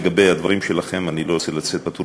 לגבי הדברים שלכם אני לא רוצה לצאת פטור